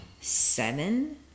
seven